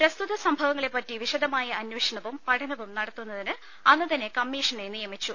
പ്രസ്തുത സംഭവങ്ങളെ പറ്റി വിശദമായ അന്വേഷണവും പഠനവും നടത്തുന്നതിന് അന്നുതന്നെ കമ്മീഷനെ നിയമിച്ചു